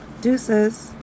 Deuces